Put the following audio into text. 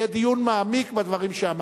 יהיה דיון מעמיק בדברים שאמרתם.